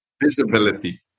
Visibility